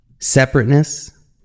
separateness